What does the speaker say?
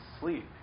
sleep